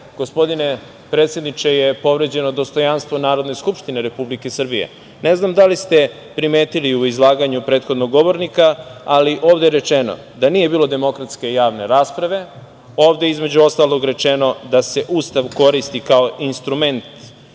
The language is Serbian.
gospodine predsedniče, povređeno je dostojanstvo Narodne skupštine Republike Srbije. Ne znam da li ste primetili u izlaganju prethodnog govornika, ali ovde je rečeno da nije bilo demokratske javne rasprave. Ovde je, između ostalog, rečeno da se Ustav koristi kao instrument